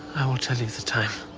i will tell you the time.